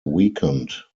weakened